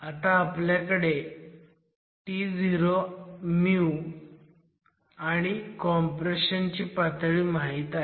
आता आपल्याकडे To आणि कॉम्प्रेशन ची पातळी माहीत आहे